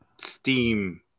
steam